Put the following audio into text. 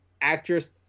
actress